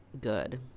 good